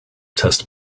test